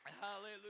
Hallelujah